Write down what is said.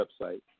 website